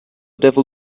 devil